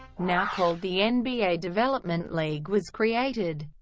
now called the and nba development league was created.